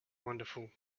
wonderful